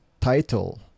title